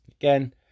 Again